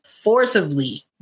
forcibly